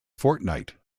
fortnight